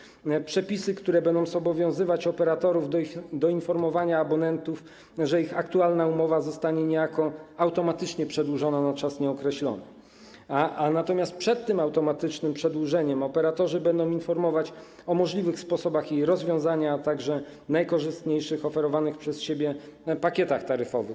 Wprowadzamy przepisy, które będą zobowiązywać operatorów do informowania abonentów o tym, że ich aktualna umowa zostanie niejako automatycznie przedłużona na czas nieokreślony, natomiast przed automatycznym przedłużeniem operatorzy będą informować o możliwych sposobach jej rozwiązania, a także o najkorzystniejszych oferowanych przez siebie pakietach taryfowych.